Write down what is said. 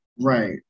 Right